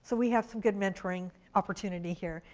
so we have some good mentoring opportunity here.